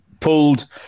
pulled